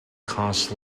cost